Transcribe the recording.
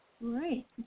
Right